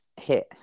hit